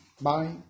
Bye